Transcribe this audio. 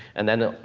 and then,